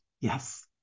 yes